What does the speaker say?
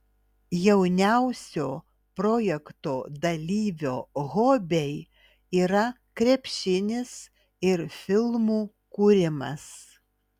jauniausio projekto dalyvio hobiai yra krepšinis ir filmų kūrimas